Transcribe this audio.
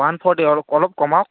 one forty অলপ কমাওক